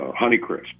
Honeycrisp